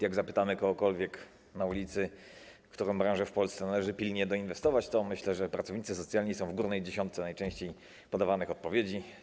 Jak zapytamy kogokolwiek na ulicy, którą branżę w Polsce należy pilnie doinwestować, to myślę, że pracownicy socjalni będą górnej dziesiątce najczęściej podawanych odpowiedzi.